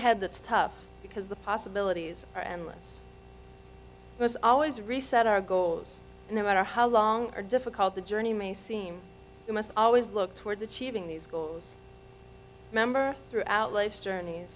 ahead that's tough because the possibilities are endless there's always reset our goals no matter how long or difficult the journey may seem you must always look towards achieving these goals remember throughout life's journey